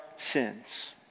sins